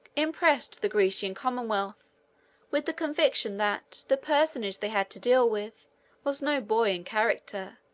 impressed the grecian commonwealth with the conviction that the personage they had to deal with was no boy in character,